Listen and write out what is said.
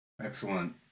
Excellent